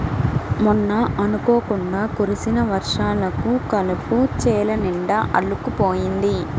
మొన్న అనుకోకుండా కురిసిన వర్షాలకు కలుపు చేలనిండా అల్లుకుపోయింది